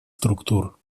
структур